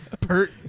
pert